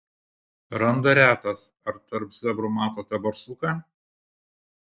randa retas ar tarp zebrų matote barsuką